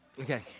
Okay